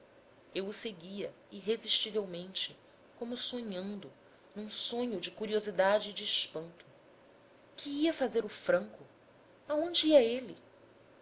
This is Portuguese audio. o seguia irresistivelmente como sonhando num sonho de curiosidade e de espanto que ia fazer o franco aonde ia ele